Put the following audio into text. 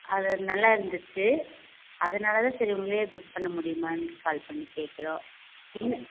அது நல்லா இருந்துச்சு அதனால தான் சரி உங்களையே புக் பண்ண முடியுமான்னு கால் பண்ணி கேட்குறோம்